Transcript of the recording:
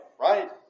Right